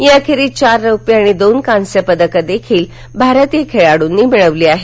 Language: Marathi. याखेरीज चार रौप्य आणि दोन कांस्यपदकं देखील भारतीय खेळाडूंनी मिळवली आहेत